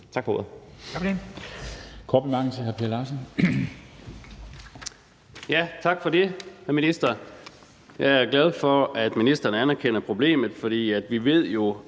Tak for ordet.